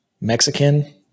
Mexican